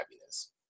Happiness